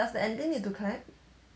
does the ending need to clap